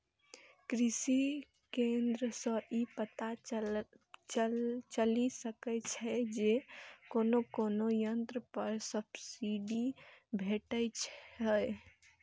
कृषि केंद्र सं ई पता चलि सकै छै जे कोन कोन यंत्र पर सब्सिडी भेटै छै